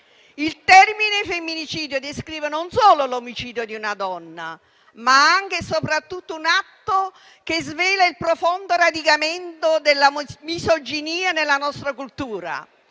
Il termine femminicidio descrive non solo l'omicidio di una donna, ma anche e soprattutto un atto che svela il profondo radicamento della misoginia nella nostra cultura